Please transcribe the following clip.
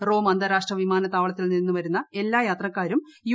Rome അന്താരാഷ്ട്ര വിമാനത്താവളത്തിൽ നിന്ന് വരുന്ന എല്ലാ യാത്രക്കാരും യു